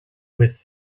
with